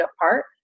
apart